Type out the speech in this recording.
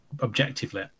objectively